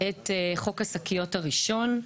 את חוק השקיות הראשון.